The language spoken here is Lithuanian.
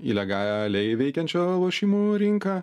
į legaliai veikiančią lošimų rinką